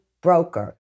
broker